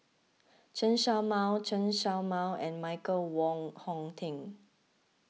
Chen Show Mao Chen Show Mao and Michael Wong Hong Teng